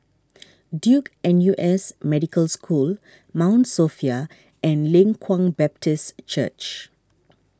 Duke N U S Medical School Mount Sophia and Leng Kwang Baptist Church